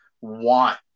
want